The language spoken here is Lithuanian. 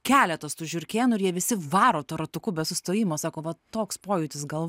keletas tų žiurkėnų ir jie visi varo to ratuku be sustojimo sako vat toks pojūtis galv